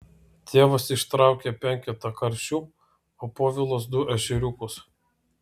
tėvas ištraukia penketą karšių o povilas du ešeriukus